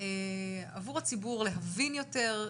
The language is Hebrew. עבור הציבור להבין יותר,